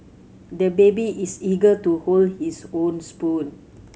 the baby is eager to hold his own spoon